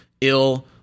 ill